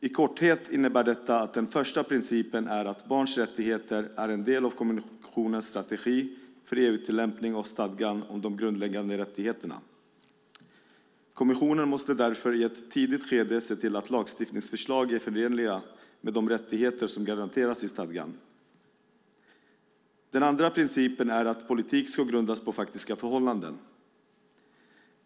I korthet innebär detta att den första principen är att barns rättigheter är en del av kommissionens strategi för EU:s tillämpning av stadgan om de grundläggande rättigheterna. Kommissionen måste därför i ett tidigt skede se till att lagstiftningsförslag är förenliga med de rättigheter som garanteras i stadgan. Den andra principen är att politik ska grundas på faktiska förhållanden.